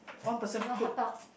you never help out